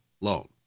loan